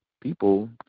people